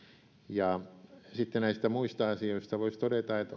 ja sitten näistä muista asioista voisi todeta että